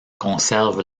conserve